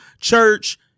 church